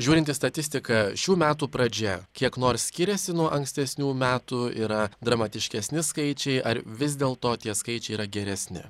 žiūrint į statistiką šių metų pradžia kiek nors skiriasi nuo ankstesnių metų yra dramatiškesni skaičiai ar vis dėlto tie skaičiai yra geresni